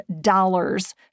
dollars